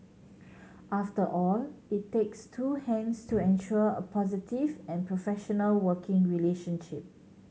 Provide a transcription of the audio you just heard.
after all it takes two hands to ensure a positive and professional working relationship